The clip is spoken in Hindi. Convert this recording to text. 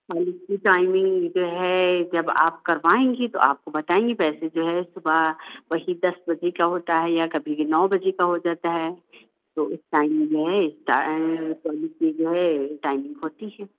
कॉलेज की टाइमिंग जो है जब आप करवाएंगी तो आपको बताएंगी वैसे जो हैं सुबह वही दस बजे का होता है या कभी नौ बजे का हो जाता है तो उस टाइम में कॉलेज की जो है टाइमिंग होती है